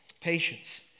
Patience